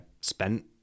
spent